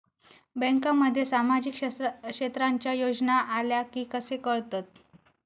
बँकांमध्ये सामाजिक क्षेत्रांच्या योजना आल्या की कसे कळतत?